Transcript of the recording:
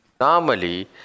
Normally